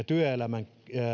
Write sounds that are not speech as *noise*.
*unintelligible* työelämän